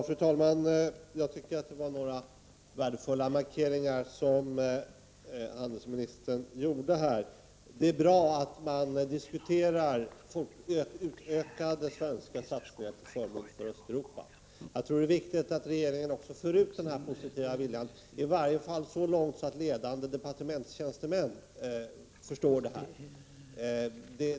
Fru talman! Det var några värdefulla markeringar som utrikeshandelsministern gjorde här. Det är bra att man diskuterar utökade svenska satsningar till förmån för Östeuropa. Jag tror att det är viktigt att regeringen också för ut information om den här positiva viljan, i varje fall så långt att ledande departementstjänstemän förstår detta.